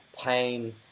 pain